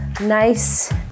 nice